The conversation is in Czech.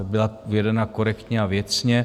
Byla vedena korektně a věcně.